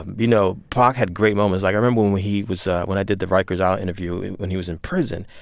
um you know, pac had great moments. like, i remember when when he was when i did the rikers island ah interview and when he was in prison,